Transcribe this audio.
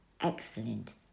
excellent